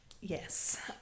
yes